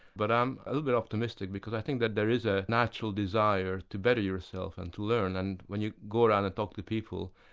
but i'm a little bit optimistic because i think that there is a natural desire to better yourself and to learn, and when you go round and talk to people,